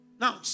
Now